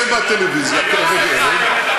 שמרצה בטלוויזיה, תגיד לי, אתה איבדת את העשתונות?